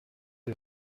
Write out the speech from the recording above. des